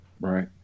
Right